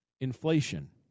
inflation